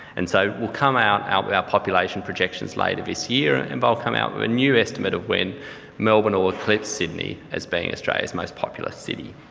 and so will come out out with our population projections later this year and they but will come out with a new estimate of when melbourne will eclipse sydney as being australia's most populous city.